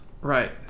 Right